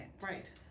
Right